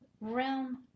realm